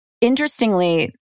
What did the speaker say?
interestingly